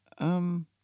Um